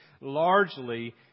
...largely